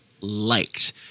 liked